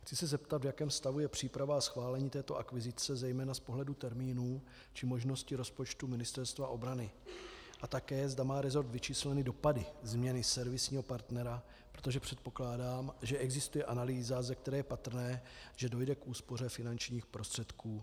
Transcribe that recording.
Chci se zeptat, v jakém stavu je příprava a schválení této akvizice zejména z pohledu termínů či možnosti rozpočtu Ministerstva obrany a také zda má rezort vyčísleny dopady změny servisního partnera, protože předpokládám, že existuje analýza, ze které je patrné, že dojde k úspoře finančních prostředků.